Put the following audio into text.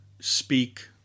speak